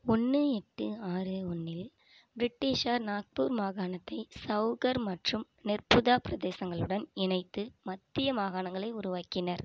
ஒன்று எட்டு ஆறு ஒன்றில் பிரிட்டிஷார் நாக்பூர் மாகாணத்தை சௌகர் மற்றும் நெர்புதா பிரதேசங்களுடன் இணைத்து மத்திய மாகாணங்களை உருவாக்கினர்